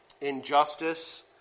Injustice